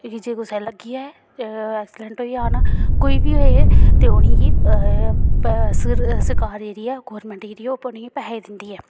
जे कुसै दे लग्गी जाए एक्सीडेंट होई जाए कोई बी होए ते उनेंगी सरकार जेह्ड़ी ऐ गौरमेंट जेह्ड़ी ऐ ओह् उनेंगी पैहे दिंदी ऐ